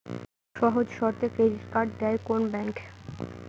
সহজ শর্তে credit card দেয় কোন ব্যাংক?